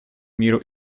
миру